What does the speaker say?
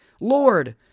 Lord